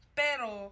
pero